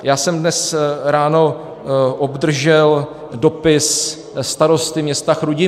Já jsem dnes ráno obdržel dopis starosty města Chrudimi.